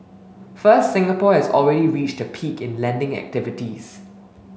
first Singapore has already reached a peak in lending activities